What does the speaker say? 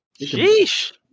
Sheesh